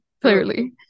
Clearly